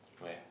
where